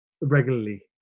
regularly